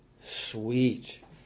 sweet